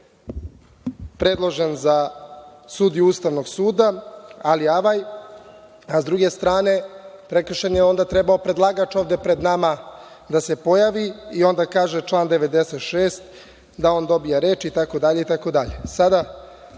predložen za sudiju Ustavnog suda, ali avaj, a sa druge strane, onda je trebao predlagač ovde pred nama da se pojavi i onda kaže – član 96. da on dobije reč, i tako dalje. Sada,